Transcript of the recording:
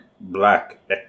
Black